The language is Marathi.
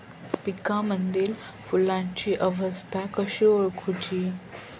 पिकांमदिल फुलांची अवस्था कशी ओळखुची?